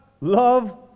love